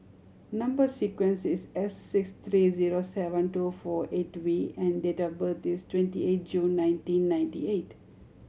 number sequence is S six three zero seven two four eight V and date of birth is twenty eight June nineteen ninety eight